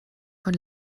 von